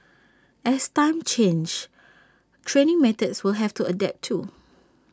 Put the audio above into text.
as times change training methods will have to adapt too